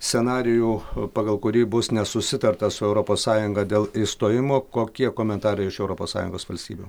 scenarijų pagal kurį bus nesusitarta su europos sąjunga dėl išstojimo kokie komentarai iš europos sąjungos valstybių